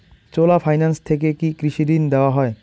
চোলা finance থেকে কি কৃষি ঋণ দেওয়া হয়?